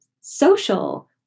social